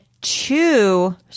two